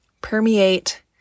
permeate